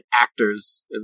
actors